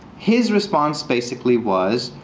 his response basically was,